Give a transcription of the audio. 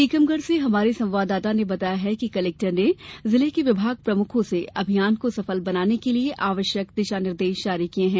टीकमगढ़ से हमारे संवाददाता ने बताया है कि कलेक्टर ने जिले के विभाग प्रमुखों से अभियान को सफल बनाने के लिए आवश्यक दिशा निर्देश जारी किए है